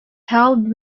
held